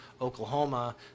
Oklahoma